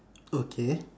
okay